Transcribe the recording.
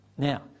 Now